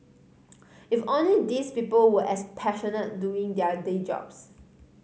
if only these people were as passionate doing their day jobs